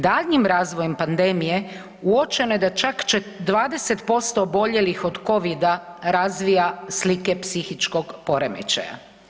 Daljnjim razvojem pandemije uočeno je da čak 20% oboljelih od Covida razvija slike psihičkog poremećaja.